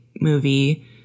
movie